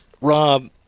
Rob